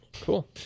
Cool